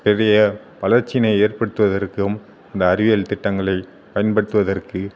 நிறைய வளர்ச்சியினை ஏற்படுத்துவதற்கும் இந்த அறிவியல் திட்டங்களை பயன்படுத்துவதற்கும்